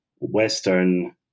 Western